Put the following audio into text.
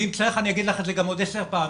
ואם צריך אני אגיד לך את זה גם עוד עשר פעמים.